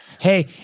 Hey